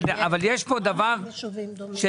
אבל יש פה דבר --- קיבוצים.